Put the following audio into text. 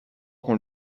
qu’on